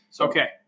Okay